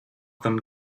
them